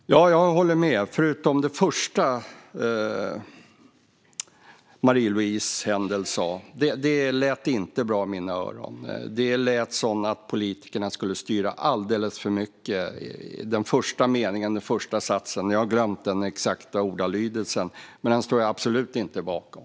Fru talman! Jag håller med, förutom när det gäller det första Marie-Louise Hänel sa. Det lät inte bra i mina öron. Det lät som att politikerna skulle styra alldeles för mycket. Det var den första meningen, den första satsen. Jag har glömt den exakta ordalydelsen, men det står jag absolut inte bakom.